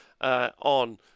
on